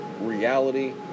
reality